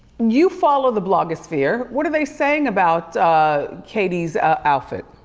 you follow the blogosphere. what are they saying about katy's outfit?